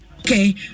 Okay